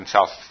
South